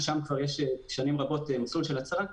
ששם כבר יש שנים רבות מסלול של הצהרה,